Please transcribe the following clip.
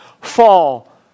fall